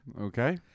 Okay